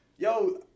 Yo